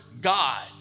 God